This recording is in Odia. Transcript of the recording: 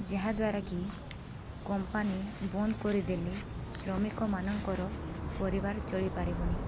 ଯାହାଦ୍ୱାରାକି କମ୍ପାନୀ ବନ୍ଦ କରିଦେଲେ ଶ୍ରମିକମାନଙ୍କର ପରିବାର ଚଳିପାରିବନି